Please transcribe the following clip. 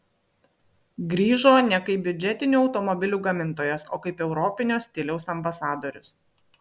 grįžo ne kaip biudžetinių automobilių gamintojas o kaip europinio stiliaus ambasadorius